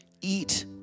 Eat